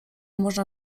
można